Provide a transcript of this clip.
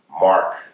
mark